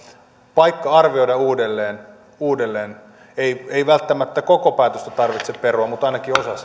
paikka arvioida tätä uudelleen ei ei välttämättä koko päätöstä tarvitse perua mutta ainakin osa